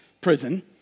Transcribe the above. prison